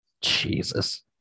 jesus